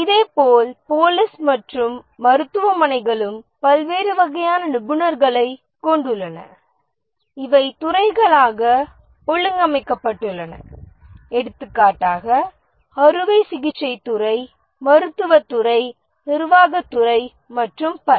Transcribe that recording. இதேபோல் போலீஸ் மற்றும் மருத்துவமனைகளும் பல்வேறு வகையான நிபுணர்களைக் கொண்டுள்ளன இவை துறைகளாக ஒழுங்கமைக்கப்பட்டுள்ளன எடுத்துக்காட்டாக அறுவை சிகிச்சை துறை மருத்துவத் துறை நிர்வாகத் துறை மற்றும் பல